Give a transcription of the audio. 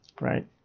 right